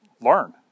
learn